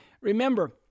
Remember